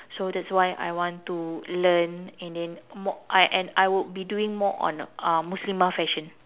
so that's why I want to learn and then more I and I would be doing more on uh muslimah fashion